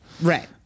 right